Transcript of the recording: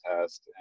test